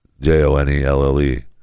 J-O-N-E-L-L-E